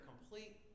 complete